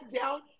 down